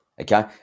Okay